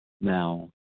Now